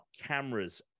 cameras